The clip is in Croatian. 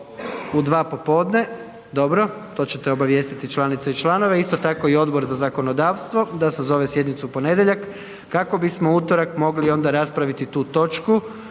U dva popodne, dobro, to ćete obavijestiti članice i članove, isto tako i Odbor za zakonodavstvo da sazove sjednicu u ponedjeljak kako bismo u utorak onda mogli raspraviti tu točku.